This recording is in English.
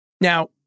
Now